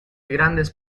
grandes